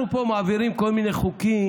אנחנו פה מעבירים כל מיני חוקים: